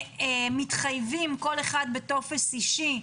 שנייה של אלה שלא חוסנו מתחייבים כל אחד בטופס אישי,